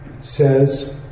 says